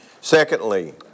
Secondly